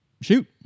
Shoot